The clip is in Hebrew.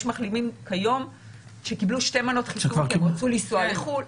יש מחלימים כיום שקיבלו שתי מנות חיסון כי הם רצו לנסוע לחו"ל.